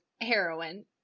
heroin